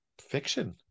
fiction